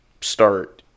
start